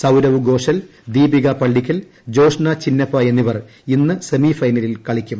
സൌരവ് ഗോഷൽ ദീപികാ പള്ളിക്കൽ ജോഷ്ന ചിന്നപ്പ എന്നിവർ ഇന്ന് സെമിഫൈനൽ കളിക്കും